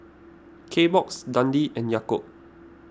Kbox Dundee and Yakult